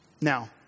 Now